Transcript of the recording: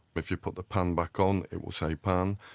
if you put the pan back on it will say pan.